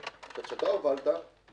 שאתה הובלת,